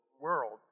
world